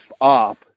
up